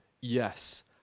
Yes